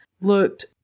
looked